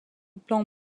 plan